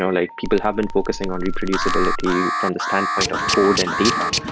so like people have been focusing on reproducibility from the stand point of code and data,